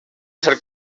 ser